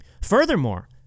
Furthermore